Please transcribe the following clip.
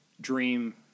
dream